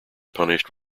punished